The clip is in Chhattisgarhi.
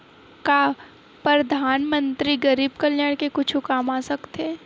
का परधानमंतरी गरीब कल्याण के कुछु काम आ सकत हे